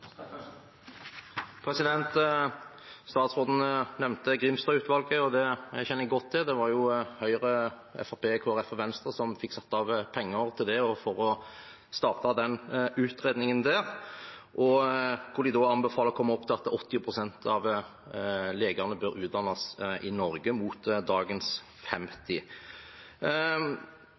Statsråden nevnte Grimstad-utvalget, og det kjenner jeg godt til. Det var jo Høyre, Fremskrittspartiet, Kristelig Folkeparti og Venstre som skaffet penger til det og til å starte den utredningen, hvor de anbefaler at en kommer opp til at 80 pst. av legene bør utdannes i Norge, mot dagens 50.